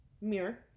mirror